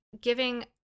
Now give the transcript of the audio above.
giving